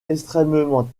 extrêmement